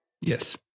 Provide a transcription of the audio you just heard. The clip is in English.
Yes